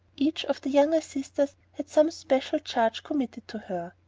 each of the younger sisters had some special charge committed to her.